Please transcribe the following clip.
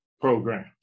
program